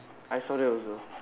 I saw that also